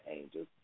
angels